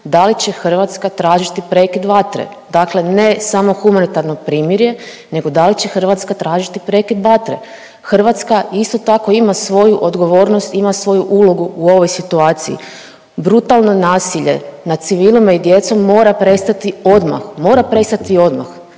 da li će Hrvatska tražiti prekid vatre, dakle ne samo humanitarno primirje nego da li će Hrvatska tražiti prekid vatre? Hrvatska isto tako ima svoju odgovornost, ima svoju ulogu u ovoj situaciji. Brutalno nasilje nad civilima i djecom mora prestati odmah, mora prestati odmah,